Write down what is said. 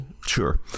sure